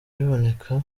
biboneka